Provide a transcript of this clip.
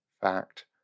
fact